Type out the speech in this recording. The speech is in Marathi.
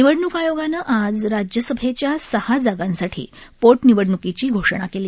निवडणूक आयोगानं आज राज्यसभेच्या सहा जागांसाठी पोटनिवडणूकीची घोषणा केली